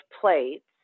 plates